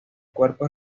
cuerpo